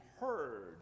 heard